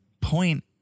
point